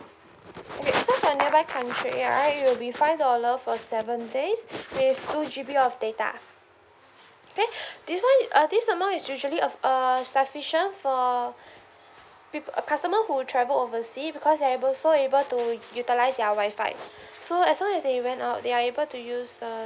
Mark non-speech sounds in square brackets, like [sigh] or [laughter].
okay so for nearby country right it will be five dollar for seven days with two G_B of data okay [breath] this one uh this amount is usually of uh sufficient for pe~ customer who travel oversea because they're able so able to utilise their wifi so as long as they went out they're able to use the